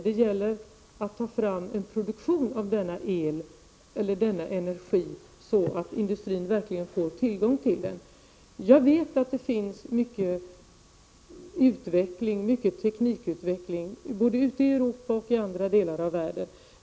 Det gäller att ta fram en produktion av denna energi, så att industrin verkligen får tillgång till den. Jag vet att det finns en omfattande teknikutveckling både ute i Europa och i andra delar av världen.